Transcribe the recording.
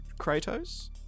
Kratos